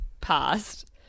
past